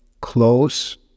close